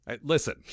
Listen